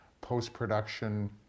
post-production